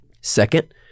Second